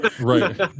right